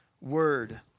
Word